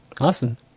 Awesome